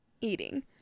eating